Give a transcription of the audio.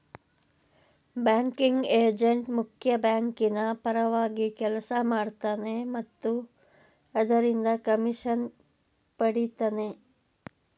banking agent ಮುಖ್ಯ ಬ್ಯಾಂಕಿನ ಪರವಾಗಿ ಕೆಲಸ ಮಾಡ್ತನೆ ಮತ್ತು ಅದರಿಂದ ಕಮಿಷನ್ ಪಡಿತನೆ